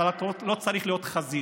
אבל אתה לא צריך להיות חזיר.